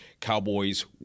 Cowboys